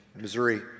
Missouri